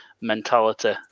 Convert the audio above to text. mentality